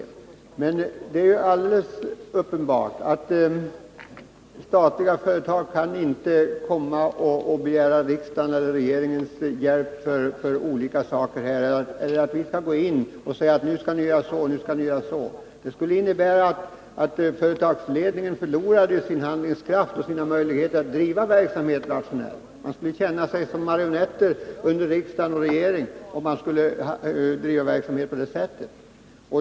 Men det är ju alldeles uppenbart att statliga företag inte kan begära riksdagens eller regeringens hjälp för en rad olika åtgärder som kan krävas, eller att vi skall gå in och säga: Nu skall ni göra så eller så. Det skulle innebära att företagsledningen förlorade sin handlingskraft och sina möjligheter att driva verksamheten rationellt. Man skulle känna sig som marionetter under riksdag och regering om man skulle driva en verksamhet på det sättet.